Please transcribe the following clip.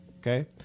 Okay